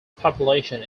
population